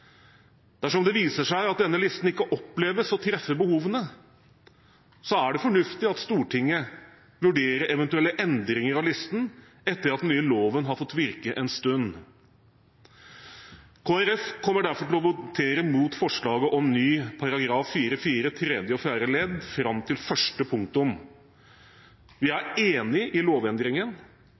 Dersom det viser seg at denne listen ikke oppleves å treffe behovene, er det fornuftig at Stortinget vurderer eventuelle endringer av listen etter at den nye loven har fått virke en stund. Kristelig Folkeparti kommer derfor til å votere mot forslaget om ny § 4-4 tredje og fjerde ledd fram til første punktum. Vi er enig i lovendringen,